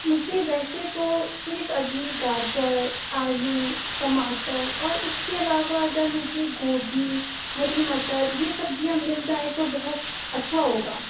مجھے ویسے تو صرف ابھی گاجر آلو ٹماٹر اور اِس کے علاوہ اگر مجھے گوبھی ہری مٹر یہ سبزیاں مل جائیں تو بہت اچھا ہوگا